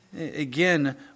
Again